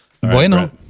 Bueno